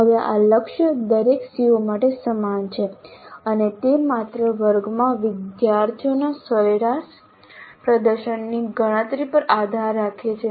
હવે આ લક્ષ્ય દરેક CO માટે સમાન છે અને તે માત્ર વર્ગમાં વિદ્યાર્થીઓના સરેરાશ પ્રદર્શનની ગણતરી પર આધાર રાખે છે